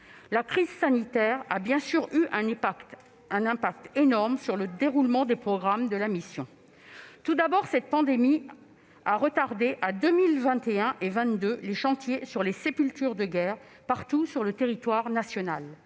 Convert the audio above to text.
La crise sanitaire a bien sûr eu un impact énorme sur le déroulement des programmes de la mission. Tout d'abord, cette pandémie a différé à 2021 et 2022 les chantiers sur les sépultures de guerre, partout sur le territoire national.